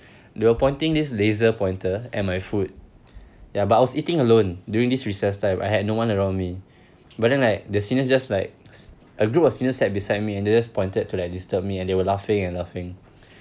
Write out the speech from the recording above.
they were pointing this laser pointer at my food ya but I was eating alone during this recess time I had no one around me but then like the seniors just like a group of seniors sat beside me and they just pointed to like disturb me and they were laughing and laughing